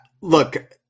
look